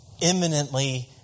imminently